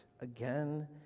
again